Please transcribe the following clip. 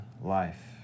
life